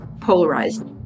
polarized